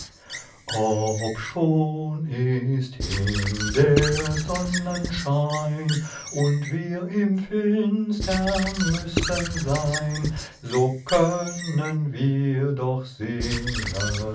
obschon ist hin der sonnenschein und wir im finstern müssen sein so können wir doch singen